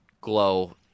glow –